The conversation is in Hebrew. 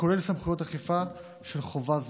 כולל סמכויות אכיפה של חובה זו.